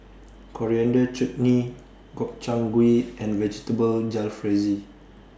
Coriander Chutney Gobchang Gui and Vegetable Jalfrezi